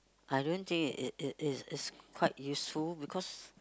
I don't think it it it's it's quite useful because